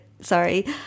sorry